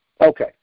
Okay